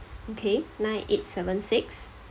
okay nine eight seven six